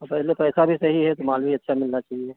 और पहले पैसा भी सही है तो माल भी अच्छा मिलना चाहिए